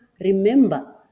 remember